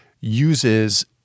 uses